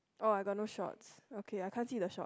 oh I got no shorts okay I can't see the shorts